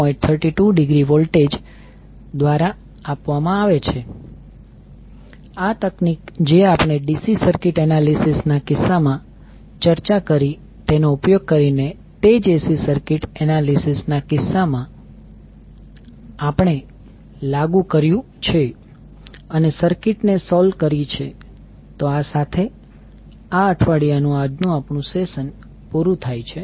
32°V દ્વારા આપવામાં આવે છે આ તકનીક જે આપણે DC સર્કિટ એનાલિસિસ ના કિસ્સામાં ચર્ચા કરી તેનો ઉપયોગ કરીને તે જ AC સર્કિટ એનાલિસિસ ના કિસ્સામાં આપણે લાગુ કર્યું છે અને સર્કિટ ને સોલ્વ કરી છે તો આ સાથે આ અઠવાડિયા નુ આજનું સેશન પૂરું થાય છે